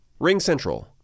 RingCentral